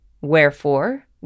Wherefore